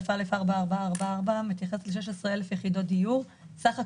תא/4444 מתייחסת ל-16,000 יחידות דיור בסך הכול.